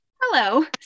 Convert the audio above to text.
Hello